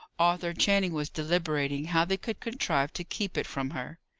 arthur channing was deliberating how they could contrive to keep it from her.